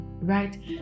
right